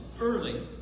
early